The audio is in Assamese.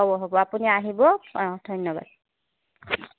হ'ব হ'ব আপুনি আহিব অঁ ধন্যবাদ